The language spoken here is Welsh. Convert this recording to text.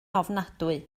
ofnadwy